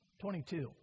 Twenty-two